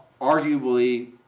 arguably